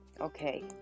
Okay